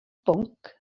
bwnc